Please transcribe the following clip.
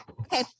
okay